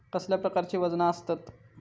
कसल्या प्रकारची वजना आसतत?